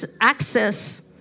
access